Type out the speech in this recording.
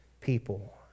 people